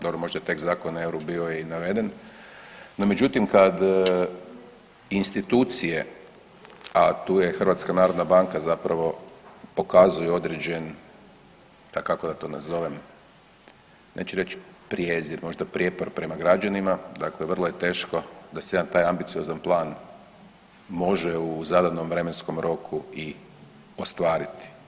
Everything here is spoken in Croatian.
Dobro, možda je tek Zakon o euru bio i naveden, no međutim kad institucije, a tu je HNB zapravo pokazuje određeni, kako da to nazovem, neću reći prijezir, možda prijepor prema građanima, dakle vrlo je teško da se jedan taj ambiciozni plan može u zadanom vremenskom roku i ostvariti.